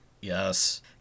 yes